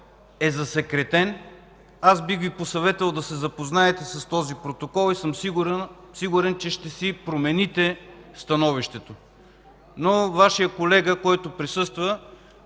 е засекретен. Бих Ви посъветвал да се запознаете с този протокол. Сигурен съм, че ще промените становището си. Вашият колега, който присъстваше,